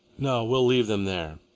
no, we'll leave them there.